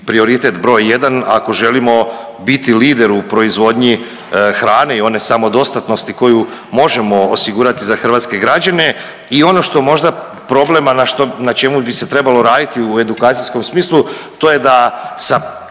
prioritet broj jedan ako želimo biti lider u proizvodnji hrane i one samodostatnosti koju možemo osigurati za hrvatske građane. I ono što možda problem, a na čemu bi se trebalo raditi u edukacijskom smislu to je da,